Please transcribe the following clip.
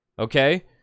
Okay